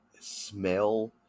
smell